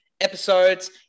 episodes